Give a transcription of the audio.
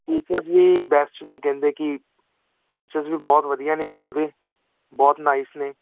teachers ਵੀ best ਨੇ ਕਹਿੰਦੇ ਕਿ ਟੀਚਰਸ ਵੀ ਬਹੁਤ ਵਧੀਆ ਨੇ ਉੱਥੋਂ ਦੇ ਬਹੁਤ ਨਾਈਸ ਨੇ